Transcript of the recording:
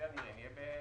כפי הנראה,